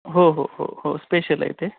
हो हो हो हो स्पेशल आहे ते